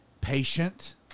patient